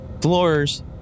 floors